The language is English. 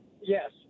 Yes